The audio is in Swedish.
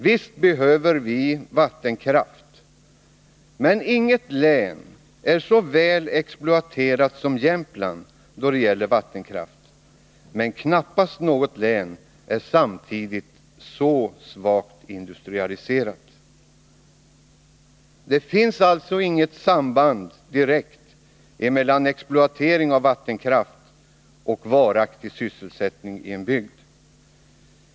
Visst behöver vi vattenkraft, men inget län är så väl exploaterat som Jämtlands län då det gäller vattenkraft. Samtidigt är knappast något län så svagt industrialiserat. Det finns alltså inget direkt samband mellan exploatering av vattenkraft och varaktig sysselsättning i en bygd.